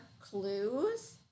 clues